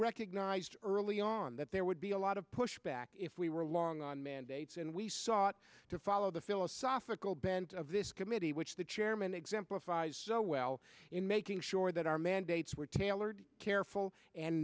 recognized early on that there would be a lot of pushback if we were long on mandates and we sought to follow the philosophical bent of this committee which the chairman exemplifies so well in making sure that our mandates were tailored careful and